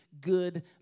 good